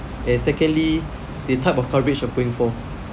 and secondly the type of coverage you are going for